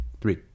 three